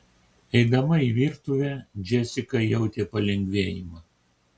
eidama į virtuvę džesika jautė palengvėjimą